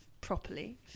properly